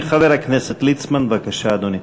חבר הכנסת ליצמן, בבקשה, אדוני.